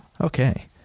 Okay